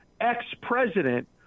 ex-president